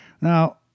Now